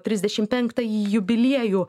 trisdešimt penktąjį jubiliejų